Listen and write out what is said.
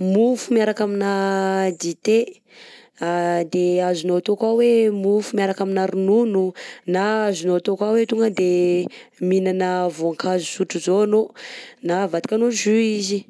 mofo miaraka amina dité, de azonao atao koà hoe mofo miaraka amina ronono, na azonao atao koà hoe tonga de mihinana vaonkazo tsotr'izao anao na avadikanao jus izy.